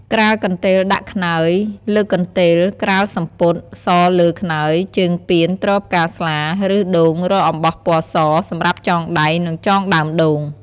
ក្រាលកន្ទេលដាក់ខ្នើយ លើកកន្ទេល ក្រាលសំពត់ សលើខ្នើយជើងពានទ្រផ្កាស្លា ឬ ដូង រកអំបោះពណ៌ស សម្រាប់ចង់ដៃ និងចងដើមដូង។